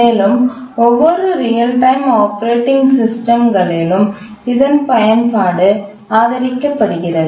மேலும் ஒவ்வொரு real time operating சிஸ்டம்களில் இதன் பயன்பாடு ஆதரிக்கப்படுகிறது